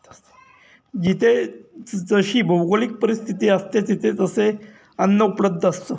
जिथे जशी भौगोलिक परिस्थिती असते, तिथे तसे अन्न उपलब्ध असतं